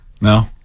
No